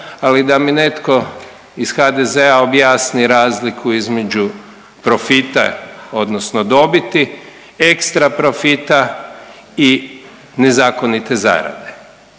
ali da mi netko iz HDZ-a objasni razliku između profita odnosno dobiti, ekstra profita i nezakonite zarade,